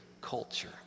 culture